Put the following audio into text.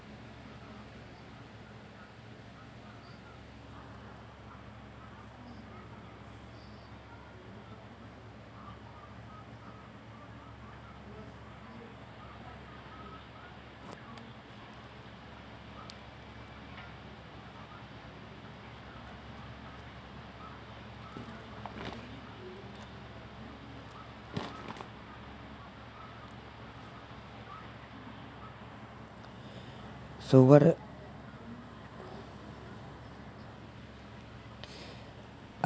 so what the